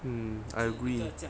mm I agree